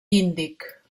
índic